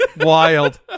Wild